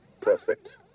Perfect